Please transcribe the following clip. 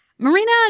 Marina